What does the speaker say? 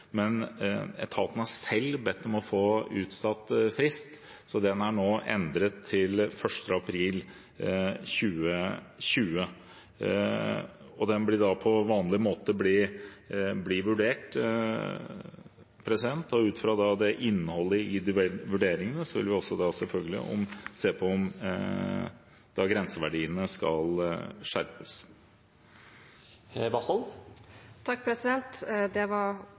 men etatene har selv bedt om å få utsatt fristen, så den er nå endret til 1. april 2020. Det vil da på vanlig måte bli vurdert, og ut fra innholdet i vurderingene vil vi selvfølgelig også se på om grenseverdiene skal skjerpes. Det var